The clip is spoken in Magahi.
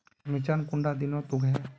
मिर्चान कुंडा दिनोत उगैहे?